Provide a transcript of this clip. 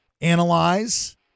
Analyze